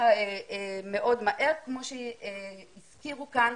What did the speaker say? כמו שהזכירו כאן,